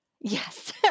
Yes